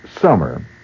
summer